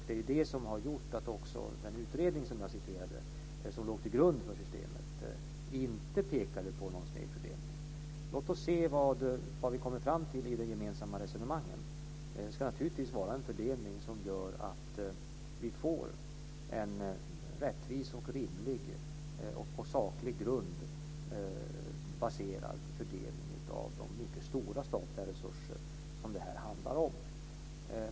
Det är det som har gjort att den utredning som jag citerade, som låg till grund för systemet, inte pekade på någon snedfördelning. Låt oss se vad vi kommer fram till i de gemensamma resonemangen. Det ska naturligtvis vara en ordning som gör att vi får en rättvis och rimlig fördelning baserad på saklig grund av de mycket stora statliga resurser som det här handlar om.